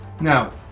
Now